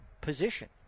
position